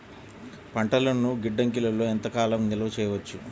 పంటలను గిడ్డంగిలలో ఎంత కాలం నిలవ చెయ్యవచ్చు?